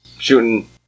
shooting